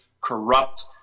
corrupt